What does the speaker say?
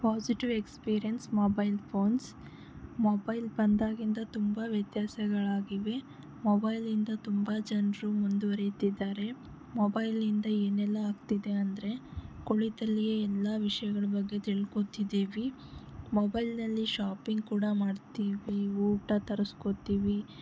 positive experience mobile phones mobile ಬಂದಾಗಿಂದ ತುಂಬ ವ್ಯತ್ಯಾಸಗಳಾಗಿವೆ ಮೊಬೈಲಿಂದ ತುಂಬ ಜನರು ಮುಂದುವರೆಯುತ್ತಿದ್ದಾರೆ ಮೊಬೈಲಿಂದ ಏನೆಲ್ಲ ಆಗ್ತಿದೆ ಅಂದರೆ ಕುಳಿತಲ್ಲಿಯೇ ಎಲ್ಲ ವಿಷಯಗಳ ಬಗ್ಗೆ ತಿಳ್ಕೋತಿದ್ದೀವಿ ಮೊಬೈಲ್ನಲ್ಲಿ ಶಾಪಿಂಗ್ ಕೂಡ ಮಾಡ್ತೀವಿ ಊಟ ತರಿಸ್ಕೋತೀವಿ